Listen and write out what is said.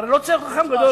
הרי לא צריך להיות חכם גדול,